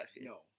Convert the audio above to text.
no